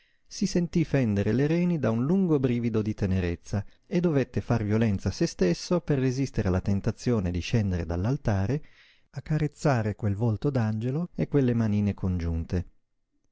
si sentí fendere le reni da un lungo brivido di tenerezza e dovette far violenza a se stesso per resistere alla tentazione di scendere dall'altare a carezzare quel volto d'angelo e quelle manine congiunte